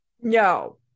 No